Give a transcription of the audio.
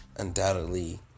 undoubtedly